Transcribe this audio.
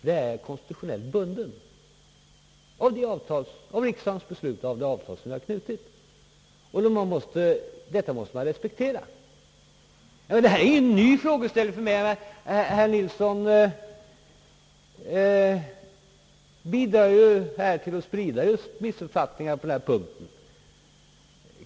Där är jag konstitutionellt bunden av riksdagens beslut om det avtal som har slutits, och detta måste man respektera. Det här är ingen ny frågeställning för mig. Herr Nilsson bidrar ju här till att sprida missuppfattningar på denna punkt.